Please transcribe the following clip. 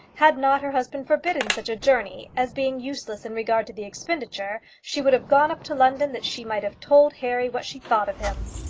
had not her husband forbidden such a journey, as being useless in regard to the expenditure, she would have gone up to london that she might have told harry what she thought of him.